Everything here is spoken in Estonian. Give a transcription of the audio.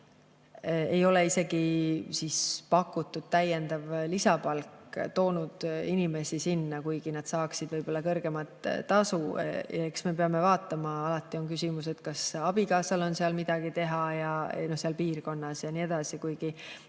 ei ole isegi pakutud täiendav lisapalk toonud inimesi sinna, kuigi nad saaksid kõrgemat tasu. Eks me peame vaatama. Alati on küsimus, kas abikaasal on seal piirkonnas midagi teha ja nii edasi, kuigi